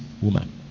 woman